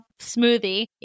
smoothie